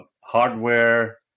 hardware